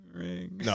ring